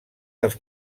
dels